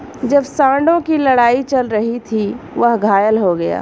जब सांडों की लड़ाई चल रही थी, वह घायल हो गया